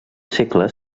segle